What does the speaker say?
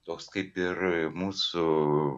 toks kaip ir mūsų